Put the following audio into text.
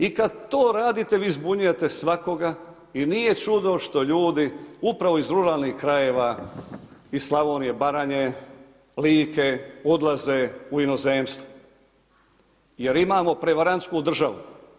I kad to radite vi zbunjujete svakoga i nije čudo što ljudi upravo iz ruralnih krajeva iz Slavnije, Baranje, Like odlaze u inozemstvo jer imamo prevarantsku državu.